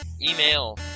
Email